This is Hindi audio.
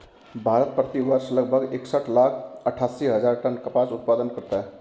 भारत, प्रति वर्ष लगभग इकसठ लाख अट्टठासी हजार टन कपास का उत्पादन करता है